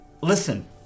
Listen